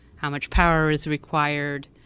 how much power is required,